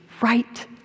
right